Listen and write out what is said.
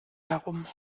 herum